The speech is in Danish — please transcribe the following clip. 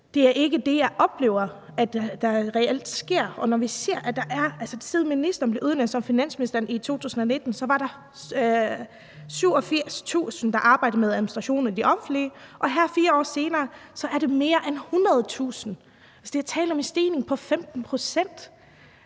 Det er ikke det, jeg oplever at der reelt sker. Vi har set, at da ministeren blev udnævnt som finansminister i 2019, var der 87.000, der arbejdede med administration i det offentlige, og her 4 år senere er det mere end 100.000. Der er tale om en stigning på 15 pct.